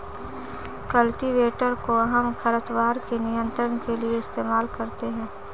cultivator कोहम खरपतवार के नियंत्रण के लिए इस्तेमाल करते हैं